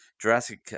Jurassic –